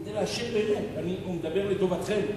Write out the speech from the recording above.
כדי לאשר באמת, אני מדבר לטובתם,